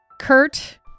Kurt